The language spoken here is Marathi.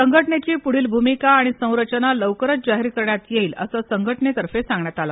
संघटनेची पुढील भूमिका आणि संरचना लवकरच जाहीर करण्यात येईल असं संघटनेतर्फे सांगण्यात आलं